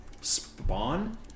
spawn